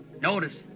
Notice